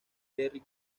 terry